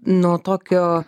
nuo tokio